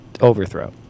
overthrow